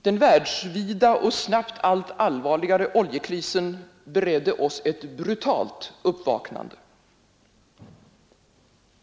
Den världsvida och snabbt allt allvarligare oljekrisen beredde oss ett brutalt uppvaknande.